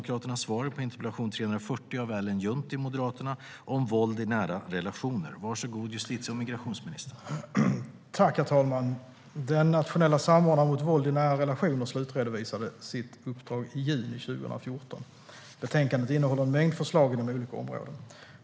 Herr talman! Den nationella samordnaren mot våld i nära relationer slutredovisade sitt uppdrag i juni 2014. Betänkandet innehåller en mängd förslag inom olika områden.